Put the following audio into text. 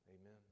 Amen